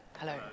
hello